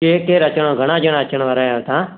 केरु केरु अचिणो घणा ॼणा अचणु वारा आहियो तव्हां